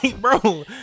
bro